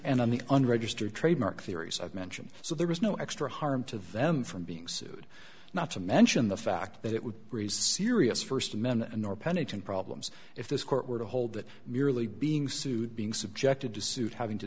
and and on the unregistered trademark theories of mention so there was no extra harm to them from being sued not to mention the fact that it would raise serious first men nor pennington problems if this court were to hold that merely being sued being subjected to suit having to